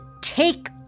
take